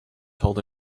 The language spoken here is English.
told